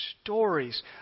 stories